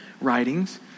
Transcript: writings